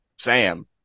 sam